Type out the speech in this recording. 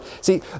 See